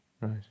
Right